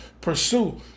pursue